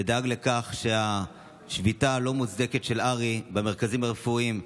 ודאג לכך שהשביתה הלא-מוצדקת של הר"י במרכזים הרפואיים,